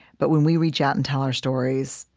but when we reach out and tell our stories,